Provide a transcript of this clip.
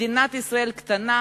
מדינת ישראל קטנה,